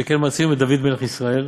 שכן מצינו בדוד מלך ישראל,